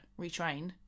retrain